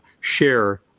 share